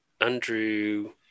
Andrew